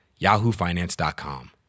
yahoofinance.com